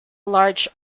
large